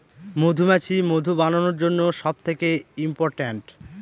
মধুমাছি মধু বানানোর জন্য সব থেকে ইম্পোরট্যান্ট